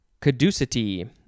caducity